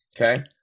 okay